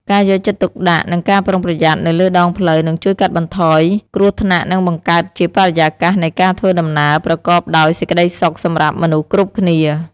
ការយកចិត្តទុកដាក់និងការប្រុងប្រយ័ត្ននៅលើដងផ្លូវនឹងជួយកាត់បន្ថយគ្រោះថ្នាក់និងបង្កើតជាបរិយាកាសនៃការធ្វើដំណើរប្រកបដោយសេចក្តីសុខសម្រាប់មនុស្សគ្រប់គ្នា។